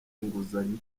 inguzanyo